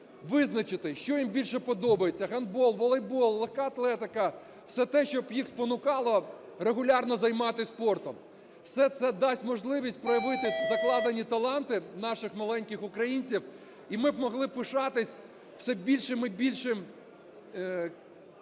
визначити, що їм більше подобається: гандбол, волейбол, легка атлетика – все те, що б їх спонукало регулярно займатися спортом. Все це дасть можливість проявити закладені таланти наших маленьких українців, і ми б могли пишатися все більшою і більшою кількістю